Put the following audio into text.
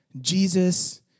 Jesus